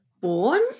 born